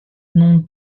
non